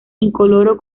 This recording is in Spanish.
incoloro